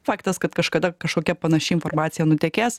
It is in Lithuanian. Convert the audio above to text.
faktas kad kažkada kažkokia panaši informacija nutekės